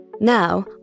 Now